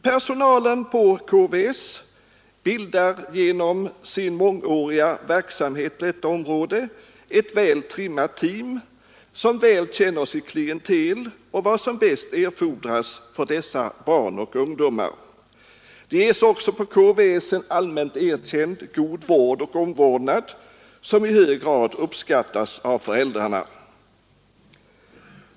Personalen på KVS utgör genom sin mångåriga verksamhet på detta område ett väl trimmat team, som känner sitt klientel och vet vad som erfordras för vården av dessa barn och ungdomar. Det ges också på KVS en allmänt erkänt god vård och omvårdnad, som i hög grad uppskattas av föräldrarna.